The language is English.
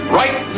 right